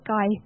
Guy